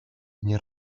вне